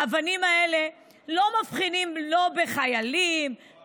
האבנים האלה לא מבחינות לא בחיילים,